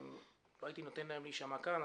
לא הייתי נותן להם להישמע כאן,